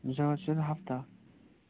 زیادٕ سے ہَفتہٕ